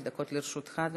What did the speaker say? אדוני, חמש דקות לרשותך.